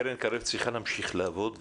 קרן קרב צריכה להמשיך לעבוד,